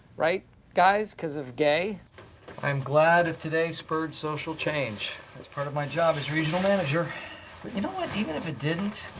right guys? cuz of gay? michael i am glad if today spurred social change. it's part of my job as regional manager. but you know what? even if it didn't,